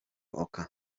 oka